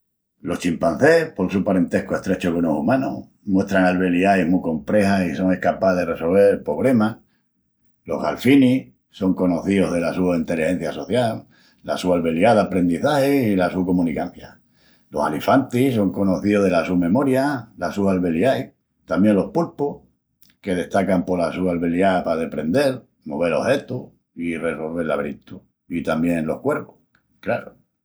Los chimpancés, pol su parentescu estrechu conos umanus, muestran albeliais mu comprexas i son escapás de ressolvel pobremas. Los galfinis son conocíus dela su enteligencia social, la su albeliá d'aprendizagi i la su comunicancia. Los alifantis son conocíus dela su memoria i las sus albeliais. Tamién los pulpus, que destacan pola su albeliá pa deprendel, movel ojetus i ressolvel laberintus. I tamién los cuervus, craru.